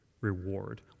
reward